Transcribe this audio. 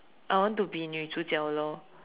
I want to be Nu-Zhu-Jiao lor